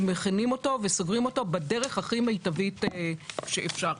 מכינים אותו וסוגרים אותו בדרך הכי מיטבית שאפשר.